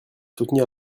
soutenir